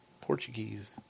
Portuguese